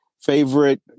favorite